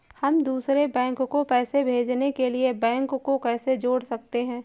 हम दूसरे बैंक को पैसे भेजने के लिए बैंक को कैसे जोड़ सकते हैं?